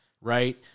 right